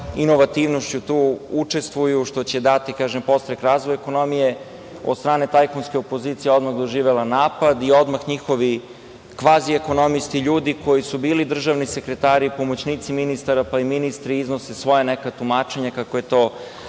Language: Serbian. inovativnošću tu učestvuju što će dati, kažem, podstrek razvoju ekonomije. Od strane tajkunske opozicije odmah je doživela napad i odmah njihovi kvazi ekonomisti, ljudi koji su bili državni sekretari i pomoćnici ministara, pa i ministri iznose svoja neka tumačenja kako je to